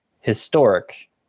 historic